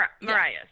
Mariah